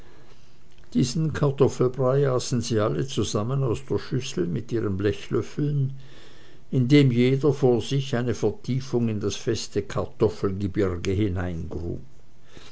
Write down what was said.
diesen kartoffelbrei aßen sie alle zusammen aus der schüssel mit ihren blechlöffeln indem jeder vor sich eine vertiefung in das feste